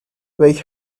wake